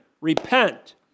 repent